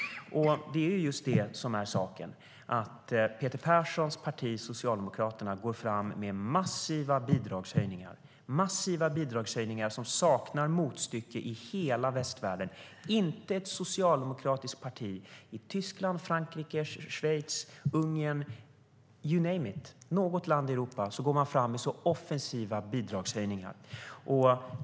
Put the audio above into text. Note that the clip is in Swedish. Peter Perssons parti Socialdemokraterna går fram med massiva bidragshöjningar som saknar motstycke i hela västvärlden. Inget socialdemokratiskt parti i hela Europa går fram med sådana offensiva bidragshöjningar.